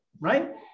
right